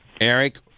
Eric